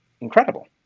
incredible